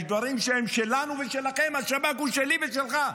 יש דברים שהם שלנו ושלכם, השב"כ הוא שלי ושלך.